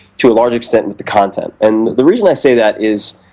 to a large extent, with the content. and the reason i say that is